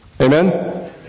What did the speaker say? Amen